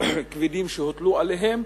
כבדים שהוטלו עליהם,